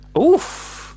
oof